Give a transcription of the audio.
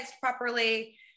properly